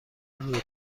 روی